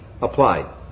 applied